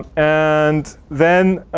and then,